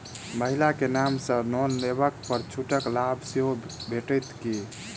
महिला केँ नाम सँ लोन लेबऽ पर छुटक लाभ सेहो भेटत की?